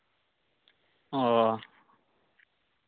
ᱚᱻ